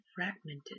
Fragmented